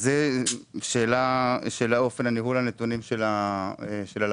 זו שאלה על אופן ניהול הנתונים של הלמ"ס.